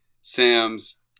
Sam's